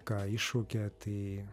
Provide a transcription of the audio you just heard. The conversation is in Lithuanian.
ką iššaukia tai